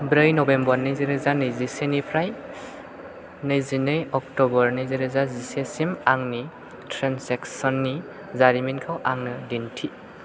ब्रै नभेम्बर नैजिरोजा नैजिसेनिफ्राय नैजिनै अक्ट'बर नैजिरोजा जिसेसिम आंनि ट्रेन्जेकसननि जारिमिनखौ आंनो दिन्थि